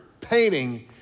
painting